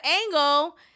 angle